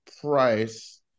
price